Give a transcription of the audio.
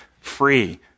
free